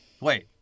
Wait